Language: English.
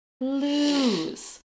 lose